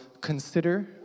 consider